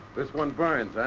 this one burns,